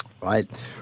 Right